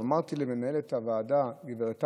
אמרתי למנהלת הוועדה, גב' טייבי,